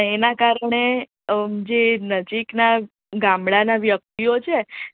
એના કારણે જે નજીકના ગામડાના વ્યક્તિઓ છે